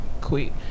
quick